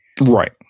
Right